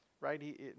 right